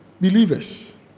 believers